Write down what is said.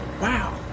Wow